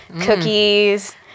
cookies